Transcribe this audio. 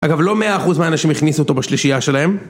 אגב לא מאה אחוז מהאנשים הכניסו אותו בשלישייה שלהם